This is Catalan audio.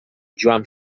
joan